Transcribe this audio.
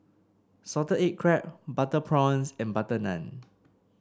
Salted Egg Crab Butter Prawns and butter naan